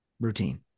routine